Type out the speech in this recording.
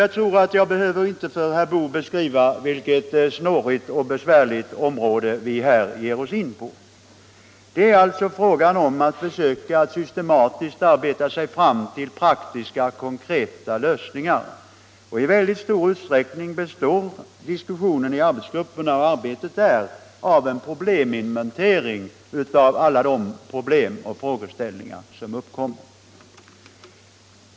Jag tror inte att jag för herr Boo behöver beskriva vilket snårigt och besvärligt område vi här gav oss in på. Det är alltså fråga om att systematiskt försöka arbeta sig fram till praktiska, konkreta lösningar. I mycket stor utsträckning består arbetet i arbetsgrupperna av en inventering av alla de problem och frågeställningar som uppkommit.